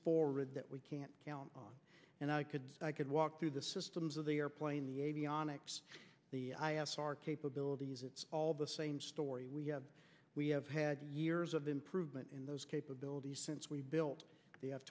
forward that we can't count on and i could i could walk through the systems of the airplane the avionics the i f r capabilities it's all the same story we have we have had years of improvement in those capabilities since we built the